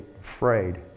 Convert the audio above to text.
afraid